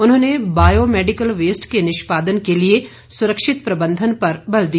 उन्होंने bio medical waste के निष्पादन के लिए सुरक्षित प्रबंधन पर बल दिया